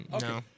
No